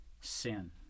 sin